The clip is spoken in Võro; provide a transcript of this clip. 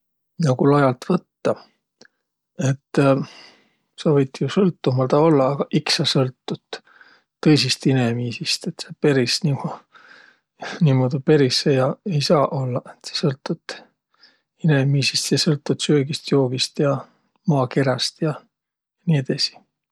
No ku lajalt võttaq. Et sa võit jo sõltumalda ollaq, aga iks sa sõltut tõisist inemiisist. Et sa peris niimo- niimuudu peris ei saaq ollaq, et sa sõltut inemiisist ja sõltut söögist-joogist ja maakeräst ja nii edesi.